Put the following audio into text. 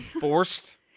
Forced